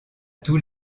tous